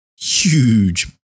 huge